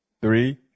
Three